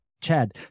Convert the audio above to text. chad